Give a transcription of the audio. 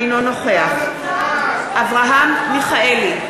אינו נוכח אברהם מיכאלי,